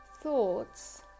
thoughts